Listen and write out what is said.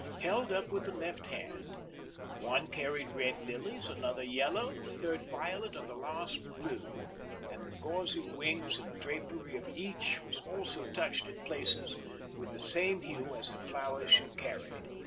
held up with the left hand one carried red lilies, another yellow, the third violet, and the last blue and the gauzy wings and drapery of each was also touched in places with the same hue as the flowers she carried.